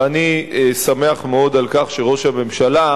ואני שמח מאוד על כך שראש הממשלה,